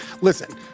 Listen